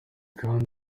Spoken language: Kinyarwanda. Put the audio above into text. kandi